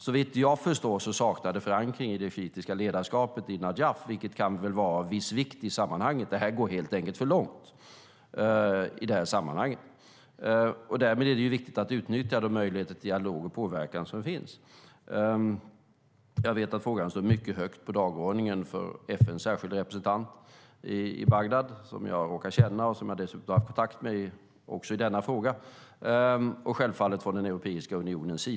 Såvitt jag förstår saknar det förankring i det shiitiska ledarskapet i an-Najaf, vilket kan vara viktigt i sammanhanget. Det här går helt enkelt för långt. Därmed är det viktigt att utnyttja de möjligheter till dialog och påverkan som finns. Jag vet att frågan står mycket högt på dagordningen för FN:s särskilda representant i Bagdad - som jag råkar känna och som jag dessutom har haft kontakt med också i denna fråga - och självfallet inom den europeiska unionen.